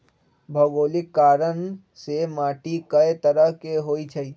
भोगोलिक कारण से माटी कए तरह के होई छई